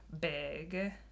big